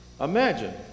Imagine